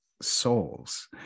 Souls